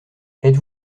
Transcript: êtes